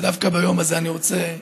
ודווקא ביום הזה אני רוצה,